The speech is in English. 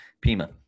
Pima